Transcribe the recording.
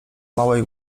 małej